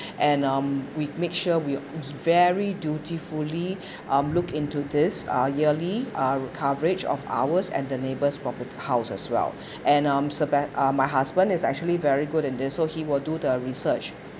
and um we make sure we very dutifully um look into this uh yearly our coverage of ours and the neighbour's property house as well and I'm so ba~ my husband is actually very good in this so he will do the research